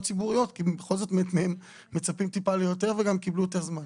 ציבוריות כי כל זאת מהם מצפים ליותר והם גם קיבלו יותר זמן.